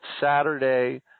Saturday